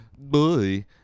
Boy